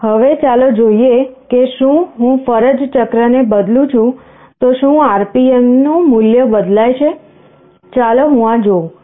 હવે ચાલો જોઈએ કે શું હું ફરજ ચક્રને બદલું છું તો શું RPM નું મૂલ્ય બદલાય છે ચાલો હું આ જોઉ